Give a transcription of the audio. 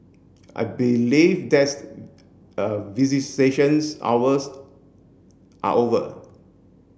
I believe that's a visitations hours are over